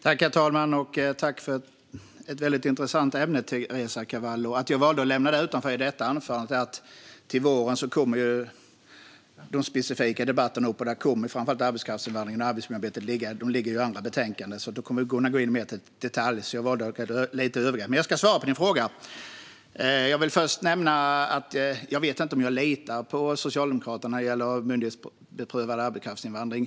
Herr talman! Tack för att du tar upp ett väldigt intressant ämne, Teresa Carvalho! Att jag valde att lämna det utanför i detta anförande är för att de specifika debatterna kommer upp till våren. Där kommer framför allt arbetskraftsinvandringen och arbetsmiljöarbetet, som ligger i andra betänkanden, så då kommer vi att kunna gå in mer i detalj på dem. Därför valde jag det övriga. Men jag ska svara på frågan. Jag vill först nämna att jag inte vet om jag litar på Socialdemokraterna när det gäller myndighetsprövad arbetskraftsinvandring.